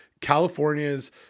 California's